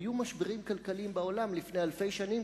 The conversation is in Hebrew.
היו משברים כלכליים בעולם לפני אלפי שנים,